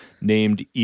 named